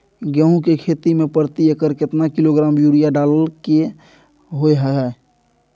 गेहूं के खेती में प्रति एकर केतना किलोग्राम यूरिया डालय के होय हय?